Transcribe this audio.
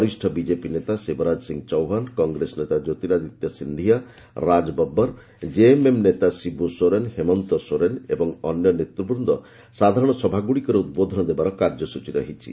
ବରିଷ୍ଣ ବିଜେପି ନେତା ଶିବରାଜ ସିଂ ଚୌହାନ୍ କଂଗ୍ରେସ ନେତା କ୍ୟୋତିରାଦିତ୍ୟ ସିନ୍ଧିଆ ରାଜ ବବର୍ ଜେଏମ୍ଏମ୍ ନେତା ଶିବୁ ସେରୋନ୍ ହେମନ୍ତ ସୋରେନ୍ ଏବଂ ଅନ୍ୟ ନେତ୍ବବୃନ୍ଦ ସାଧାରଣ ସଭାଗୁଡ଼ିକରେ ଉଦ୍ବୋଧନ ଦେବାର କାର୍ଯ୍ୟସ୍ଟଚୀ ରହିଛି